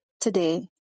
today